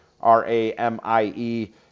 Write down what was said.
R-A-M-I-E